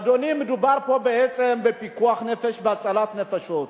אדוני, מדובר פה בעצם בפיקוח נפש והצלת נפשות.